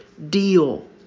Deal